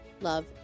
love